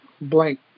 blank